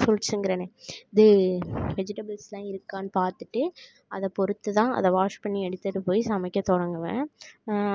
ஃபுரூட்ஸ்ஸுங்குறனே இது வெஜிடபுள்ஸ்லாம் இருக்கான்னு பார்த்துட்டு அதை பொறுத்து தான் அதை வாஷ் பண்ணி எடுத்துகிட்டு போய் சமைக்க தொடங்குவேன்